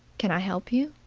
can i help you?